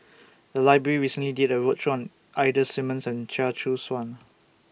The Library recently did A roadshow on Ida Simmons and Chia Choo Suan